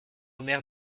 omer